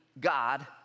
God